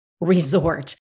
resort